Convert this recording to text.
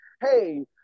Hey